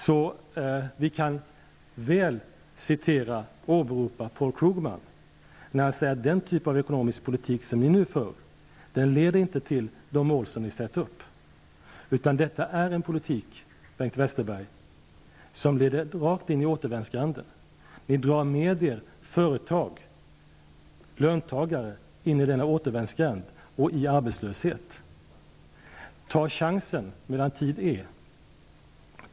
Så vi kan väl citera och åberopa Paul Krugman, när han säger att den typ av ekonomisk politik som nu förs inte leder till de mål som ni sätter upp, utan detta är en politik, Bengt Westerberg, som leder rakt in i återvändsgränden. Ni drar med er företag och löntagare in i denna återvändsgränd och i arbetslöshet. Ta chansen, medan tid är!